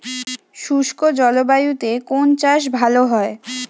শুষ্ক জলবায়ুতে কোন চাষ ভালো হয়?